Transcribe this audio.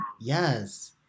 Yes